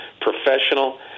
professional